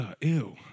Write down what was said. ew